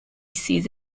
sees